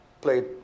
Played